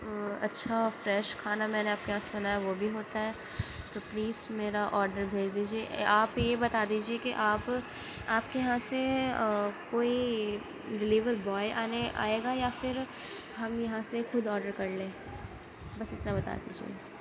اچھا فریش کھانا میں نے آپ کے یہاں سنا ہے وہ بھی ہوتا ہے تو پلیز میرا آڈر بھیج دیجیے آپ یہ بتا دیجیے کہ آپ آپ کے یہاں سے کوئی ڈلیور بوائے آنے آئے گا یا پھر ہم یہاں سے خود آڈر کر لیں بس اتنا بتا دیجیے